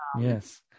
Yes